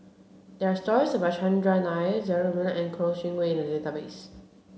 there are stories about Chandran Nair Zaqy Mohamad and Kouo Shang Wei in the database